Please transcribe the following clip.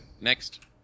next